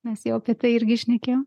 mes jau apie tai irgi šnekėjom